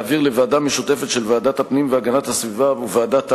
להעביר לוועדה משותפת של ועדת הפנים והגנת הסביבה וועדת העלייה,